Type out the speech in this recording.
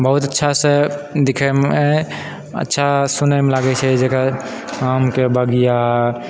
बहुत अच्छासँ दिखैमे अच्छा सुनैमे लागै छै जकरा आमके बगिया